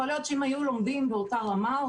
יכול להיות שאם היו לומדים אותה רמה,